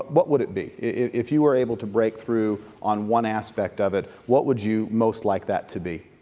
what would it be? if you were able to break through on one aspect of it, what would you most like that to be?